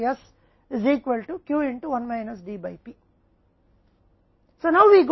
अब यह केवल दो चर के संदर्भ में लिखा जाता है जो Q हैं और एस